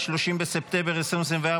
30 בספטמבר 2024,